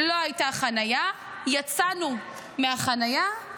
לא הייתה חניה, ויצאנו מהחניה,